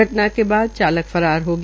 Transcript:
घटना के बाद चालक फरार हो गया